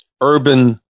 urban